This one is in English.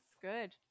Good